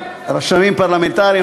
רשמים פרלמנטריים,